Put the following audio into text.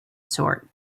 sort